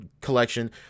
collection